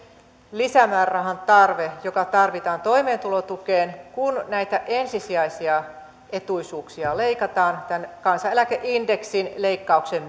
lisämäärärahan tarve joka tarvitaan toimeentulotukeen kun näitä ensisijaisia etuisuuksia leikataan kansaneläkeindeksin leikkauksen